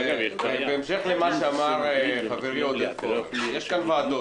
בהמשך למה שאמר חברי עודד פורר, יש כאן ועדות